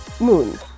moon